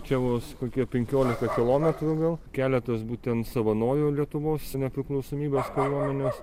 čia vos kokie penkiolika kilometrų gal keletas būtent savanorių lietuvos nepriklausomybės kariuomenės